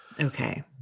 Okay